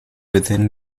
within